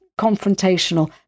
confrontational